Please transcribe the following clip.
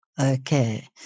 Okay